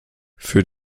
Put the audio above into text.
für